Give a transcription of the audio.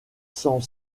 cent